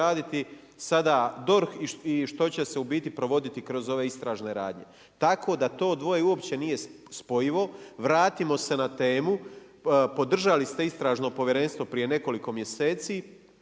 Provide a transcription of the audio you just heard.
raditi sada DORH i što će se u biti provoditi kroz ove istražne radnje. Tako da to dvoje uopće nije spojivo, vratimo se na temu, podržali ste istražno povjerenstvo, prije nekoliko mjeseci,